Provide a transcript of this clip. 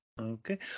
okay